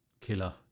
killer